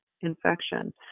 infection